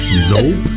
Nope